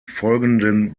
folgenden